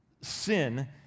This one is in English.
Sin